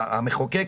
המחוקק,